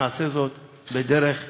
נעשה זאת בדרך מכובדת,